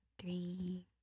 Three